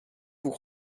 vous